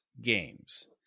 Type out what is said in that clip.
games